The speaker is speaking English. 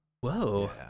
Whoa